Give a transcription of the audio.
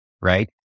right